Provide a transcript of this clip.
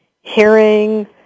hearing